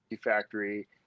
factory